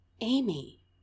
Amy